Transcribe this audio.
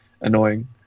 annoying